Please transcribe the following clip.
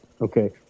Okay